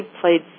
played